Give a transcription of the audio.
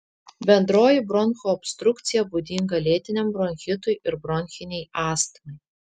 bendroji bronchų obstrukcija būdinga lėtiniam bronchitui ir bronchinei astmai